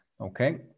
okay